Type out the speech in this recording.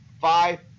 five